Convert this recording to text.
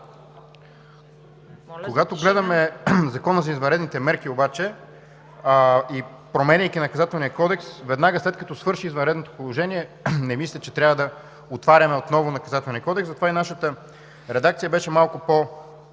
Когато гледаме Закона за извънредните мерки обаче, променяйки Наказателния кодекс, веднага след като свърши извънредното положение, не мисля, че трябва да отваряме отново Наказателния кодекс, затова и нашата редакция беше малко по-обща